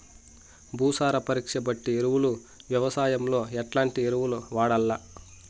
భూసార పరీక్ష బట్టి ఎరువులు వ్యవసాయంలో ఎట్లాంటి ఎరువులు వాడల్ల?